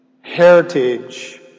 heritage